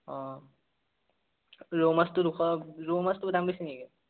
অঁ ৰৌ মাছটো দুশ ৰৌ মাছটোৰ দাম বেছি নেকি